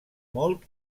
molt